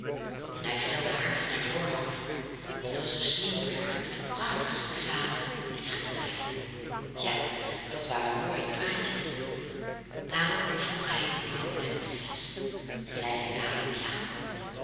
en hij vertelde haar van haar voorhoofd dat was een sneeuwberg met de prachtigste zalen en schilderijen ja dat waren mooie praatjes daarop vroeg hij om de hand der prinses en zij zei dadelijk ja